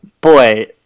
boy